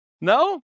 No